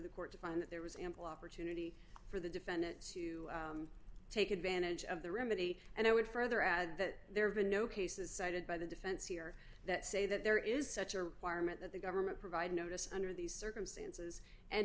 the court to find that there was ample opportunity for the defendant to take advantage of the remedy and i would further add that there have been no cases cited by the defense here that say that there is such a requirement that the government provide notice under these circumstances and